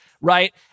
Right